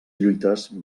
lluites